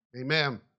Amen